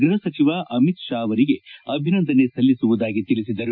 ಗೃಹ ಸಚಿವ ಅಮಿತ್ ಶಾ ಅವರಿಗೆ ಅಭಿನಂದನೆ ಸಲ್ಲಿಸುವುದಾಗಿ ತಿಳಿಸಿದರು